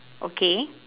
okay